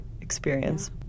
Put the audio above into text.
experience